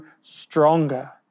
stronger